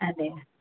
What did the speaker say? അതെ